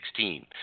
2016